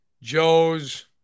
Joe's